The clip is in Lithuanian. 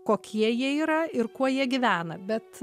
kokie jie yra ir kuo jie gyvena bet